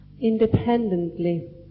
independently